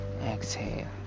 exhale